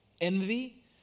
Envy